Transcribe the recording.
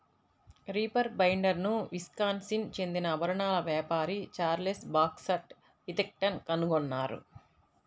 reaper బైండర్ను Wisconsin చెందిన ఆభరణాల వ్యాపారి చార్లెస్ బాక్స్టర్ విథింగ్టన్ కనుగొన్నారు